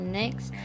next